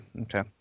Okay